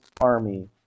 army